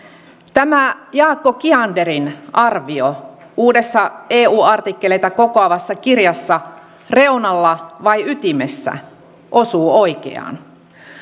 tämä jaakko kianderin arvio uudessa eu artikkeleita kokoavassa kirjassa reunalla vai ytimessä osuu oikeaan